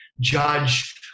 judge